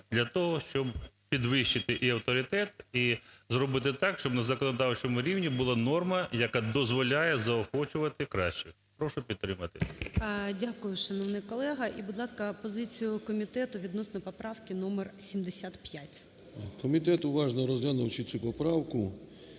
для того, щоб підвищити і авторитет, і зробити так, щоб на законодавчому рівні була норма, яка дозволяє заохочувати кращих. Прошу підтримати. ГОЛОВУЮЧИЙ. Дякую, шановний колего. І будь ласка, позицію комітету відносно поправки номер 75. 13:15:34 ПАЛАМАРЧУК М.П. Комітет уважно розглянув цю поправку,